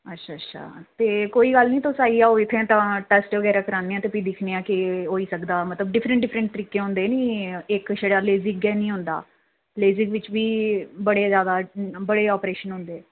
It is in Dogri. अच्छा अच्छा ते कोई गल्ल निं कोई ना ते तुस आई जाओ इत्थै तां टेस्ट बगैरा कराने आं ते भी दिक्खने आं केह् होई सकदा मतलब डिफरेंट डिफरेंट तरीके होंदे निं इक्क छड़ा लेजिक गै निं होंदा लेजिक बिच्च बी बड़े जादा बड़े आपरेशन होंदे